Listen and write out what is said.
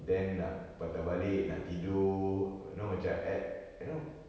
then nak patah balik nak tidur you know macam ak~ you know